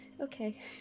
Okay